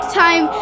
time